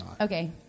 okay